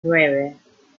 nueve